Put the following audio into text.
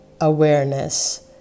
awareness